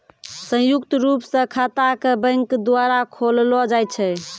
संयुक्त रूप स खाता क बैंक द्वारा खोललो जाय छै